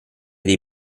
dei